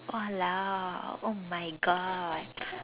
!walao! oh my God